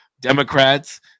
Democrats